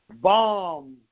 Bomb